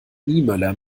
niemöller